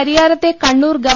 പരിയാരത്തെ കണ്ണൂർ ഗവ